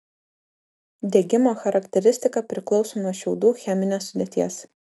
degimo charakteristika priklauso nuo šiaudų cheminės sudėties